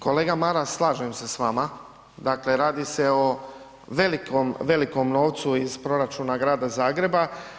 Kolega Maras slažem se s vama, dakle radi se o velikom, velikom novcu iz proračuna Grada Zagreba.